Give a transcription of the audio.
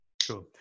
sure